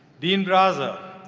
dean braza,